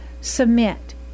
submit